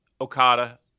Okada